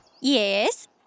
Yes